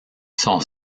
son